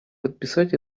подписать